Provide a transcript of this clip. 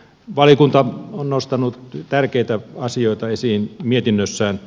valiokunta on nostanut tärkeitä asioita esiin mietinnössään